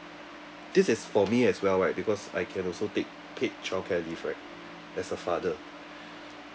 this is for me as well right because I can also take paid childcare leave right as a father